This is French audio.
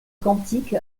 quantique